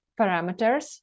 parameters